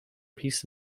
peace